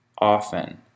often